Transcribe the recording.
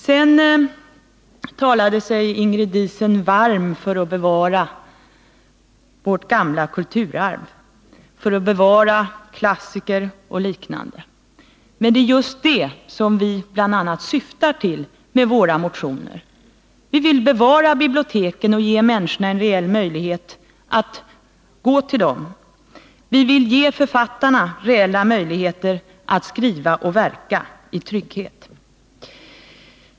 Sedan talade sig Ingrid Diesen varm för bevarandet av vårt gamla kulturarv, klassiker och liknande. Men det är just det som vi bl.a. syftar till med våra motioner. Vi vill bevara biblioteken och ge människorna en reell möjlighet att gå till dem, och vi vill ge författarna reella möjligheter att skriva och verka i trygghet.